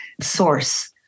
source